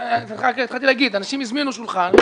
אנשים הזמינו שולחן,